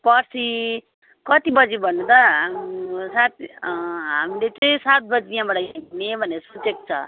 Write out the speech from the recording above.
पर्सि कति बजी भन्नु त सात हामीले चाहिँ सात बजी यहाँबाट हिँड्ने भनेर सोचेको छ